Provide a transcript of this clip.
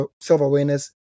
self-awareness